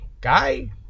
guy